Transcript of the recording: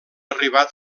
arribat